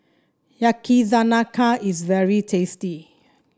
yakizakana is very tasty